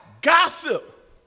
gossip